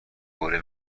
حوله